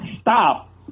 Stop